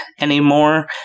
anymore